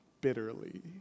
bitterly